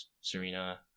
Serena